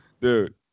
Dude